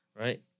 Right